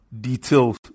details